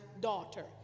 daughter